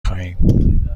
خواهیم